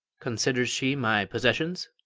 considers she my possessions?